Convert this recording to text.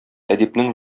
әдипнең